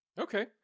Okay